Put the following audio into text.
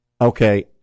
okay